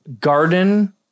garden